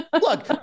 Look